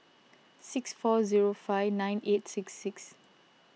six four zero five nine eight six six